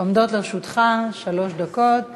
עומדות לרשותך שלוש דקות